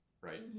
right